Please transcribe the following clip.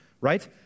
right